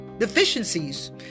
deficiencies